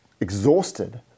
exhausted